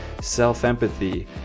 self-empathy